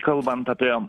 kalbant apie